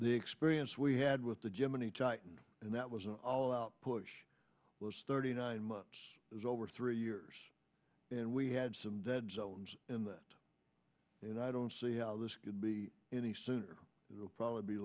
the experience we had with the gemini titan and that was an all out push was thirty nine months is over three years and we had some dead zones in that and i don't see how this could be any sooner it will probably be